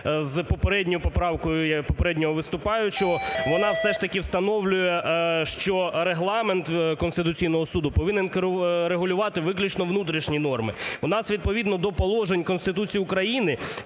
з попередньою поправкою попереднього виступаючого, вона все ж таки встановлює, що регламент Конституційного Суду повинен регулювати виключно внутрішні норми. У нас відповідно до положень Конституції України